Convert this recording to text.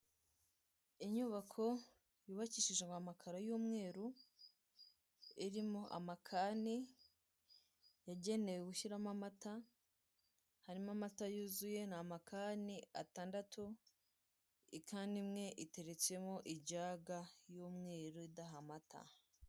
Inyubako yubakishijwe amakaro yumweru irimo amakani yagenewe gushyiramo amata harimo amatayuzuye na amakani atandatu ikani imwe iteretsemo ijaga y'umweru idaha amata.